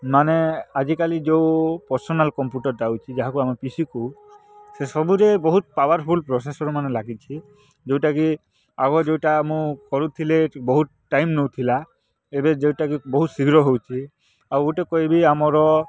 ମାନେ ଆଜିକାଲି ଯେଉଁ ପର୍ସନାଲ୍ କମ୍ପୁଟର୍ଟା ଆଉଛି ଯାହାକୁ ଆମେ ପି ସି କହୁ ସେ ସବୁରେ ବହୁତ ପାୱାର୍ଫୁଲ୍ ପ୍ରୋସେସର୍ ମାନେ ଲାଗିଛି ଯେଉଁଟାକି ଆଗ ଯେଉଁଟା ମୁଁ କରୁଥିଲେ ବହୁତ ଟାଇମ୍ ନେଉଥିଲା ଏବେ ଯେଉଁଟା କି ବହୁତ ଶୀଘ୍ର ହେଉଛି ଆଉ ଗୋଟେ କହିବି ଆମର